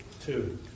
Two